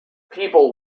people